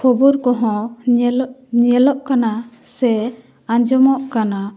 ᱠᱷᱚᱵᱚᱨ ᱠᱚᱦᱚᱸ ᱧᱮᱞᱚᱜ ᱧᱮᱞᱚᱜ ᱠᱟᱱᱟ ᱥᱮ ᱟᱸᱡᱚᱢᱚᱜ ᱠᱟᱱᱟ